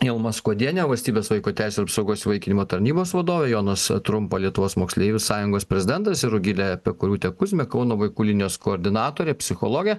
ilma skuodienė valstybės vaiko teisių apsaugos įvaikinimo tarnybos vadovė jonas trumpa lietuvos moksleivių sąjungos prezidentas ir rugilė pekoriūtėkuzmė kauno vaikų linijos koordinatorė psichologė